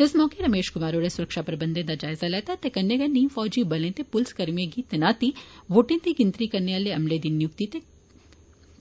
इस मौके रमेश कुमार होरें सुरक्षा प्रबंधे दा जायजा लैता ते कन्नै गै नीम फौजी बले ते पुलिस कर्मियें दी तैनाती वोटें गी गिनतरी करने आहले अमले दी नियुक्ति ते